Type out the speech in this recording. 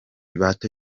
bato